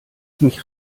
mich